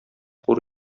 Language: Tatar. хур